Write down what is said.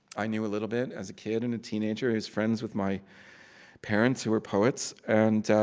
i knew a little bit as a kid and a teenager. he was friends with my parents, who were poets. and